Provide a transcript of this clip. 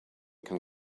can